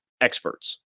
experts